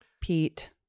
pete